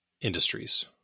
industries